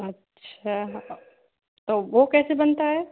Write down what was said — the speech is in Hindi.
अच्छा तो वह कैसे बनता है